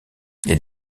les